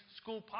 school